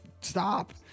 stop